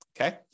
okay